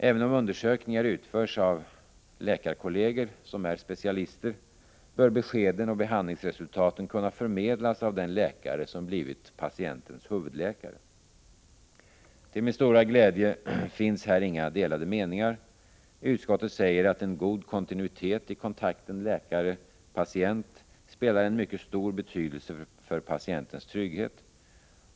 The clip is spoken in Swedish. Även om undersökningar utförs av läkarkolleger, som är specialister, bör beskeden och behandlingsresultaten kunna förmedlas av den läkare som blivit patientens huvudläkare. Till min stora glädje finns här inga delade meningar. Utskottet säger att en god kontinuitet i kontakten läkare-patient har en mycket stor betydelse för patientens trygghet.